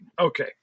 okay